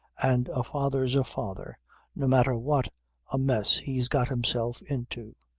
and a father's a father no matter what a mess he's got himself into.